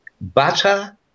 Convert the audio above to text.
Butter